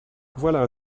voilà